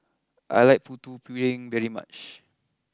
I like Putu Piring very much